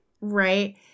Right